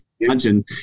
Imagine